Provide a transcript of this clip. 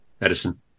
Edison